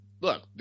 look